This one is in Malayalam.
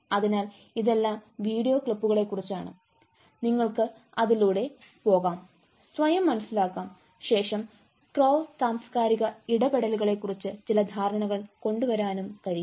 അതിനാൽ ഇതെല്ലാം വീഡിയോ ക്ലിപ്പുകളെക്കുറിച്ചാണ് നിങ്ങൾക്ക് അതിലൂടെ പോകാം സ്വയം മനസിലാക്കാം ശേഷം ക്രോസ് സാംസ്കാരിക ഇടപെടലുകളെക്കുറിച്ച് ചില ധാരണകൾ കൊണ്ടുവരാനും കഴിയും